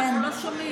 אנחנו לא שומעים.